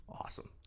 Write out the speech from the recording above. awesome